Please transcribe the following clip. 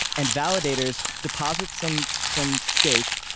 and validators deposits some some stake,